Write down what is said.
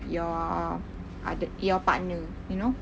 your other your partner you know